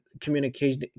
communication